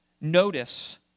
notice